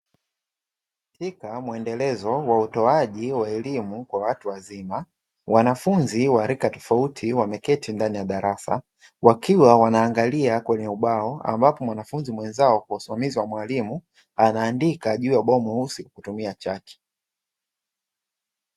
Katika mwendelezo wa utoaji wa elimu kwa watu wazima, wanafunzi wa rika tofauti wameketi ndani ya darasa, wakiwa wanaangalia kwenye ubao ambapo mwanafunzi mwenzao kwa usimamizi wa mwalimu wanaandika juu ya ubao mweusi kwa kutumia chaki.